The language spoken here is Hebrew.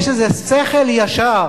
יש איזה שכל ישר